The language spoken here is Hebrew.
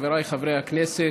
חבריי חברי הכנסת,